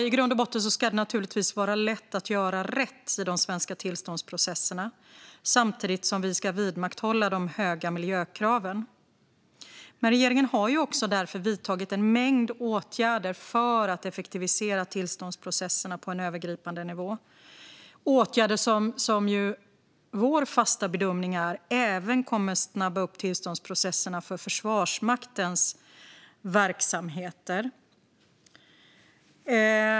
I grund och botten ska det givetvis vara lätt att göra rätt i de svenska tillståndsprocesserna - samtidigt som de höga miljökraven vidmakthålls. Regeringen har därför vidtagit en mängd åtgärder för att effektivisera tillståndsprocesserna på en övergripande nivå, och vår bedömning är att dessa även kommer att snabba på tillståndsprocesserna för Försvarsmaktens verksamheter.